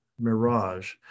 mirage